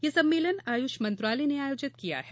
यह सम्मेलन आयुष मंत्रालय ने आयोजित किया है